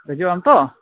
ᱦᱟᱹᱡᱩᱜ ᱟᱢᱛᱚ